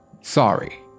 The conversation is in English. sorry